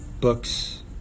books